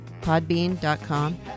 Podbean.com